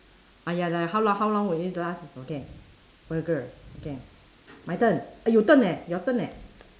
ah ya lah how long how long will it last okay burger okay my turn eh your turn eh your turn eh